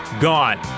gone